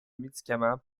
médicament